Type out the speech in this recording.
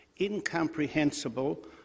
incomprehensible